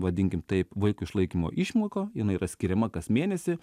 vadinkim taip vaiko išlaikymo išmoką jinai yra skiriama kas mėnesį